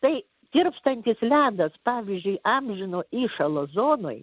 tai tirpstantis ledas pavyzdžiui amžino įšalo zonoj